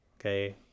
Okay